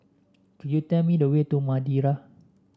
could you tell me the way to Madeira